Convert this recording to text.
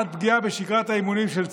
עד פגיעה בשגרת האימונים של צה"ל.